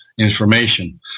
information